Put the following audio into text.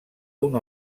una